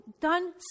done